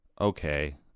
okay